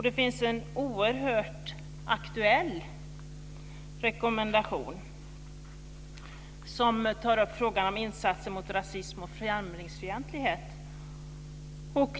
Det finns en oerhört aktuell rekommendation som tar upp frågan om insatser mot rasism och främlingsfientlighet.